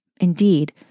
Indeed